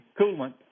coolant